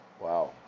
Wow